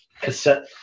cassette